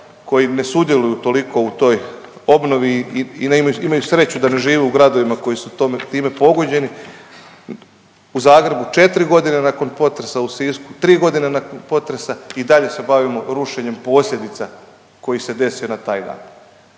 koji ne sudjeluju toliko u toj obnovi i imaju sreću da ne žive u gradovima koji su time pogođeni. U Zagrebu 4.g. nakon potresa u Sisku 3.g. nakon potresa i dalje se bavimo rušenjem posljedica koji se desio na taj dan.